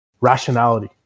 rationality